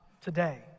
today